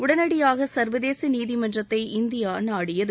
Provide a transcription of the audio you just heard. உடனடியாக சர்வதேச நீதிமன்றத்தை இந்தியா நாடியது